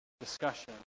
discussion